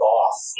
off